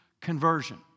conversion